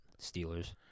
Steelers